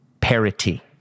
parity